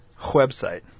website